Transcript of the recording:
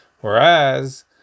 whereas